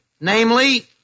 Namely